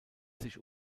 sich